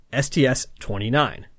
STS-29